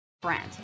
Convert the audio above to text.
brand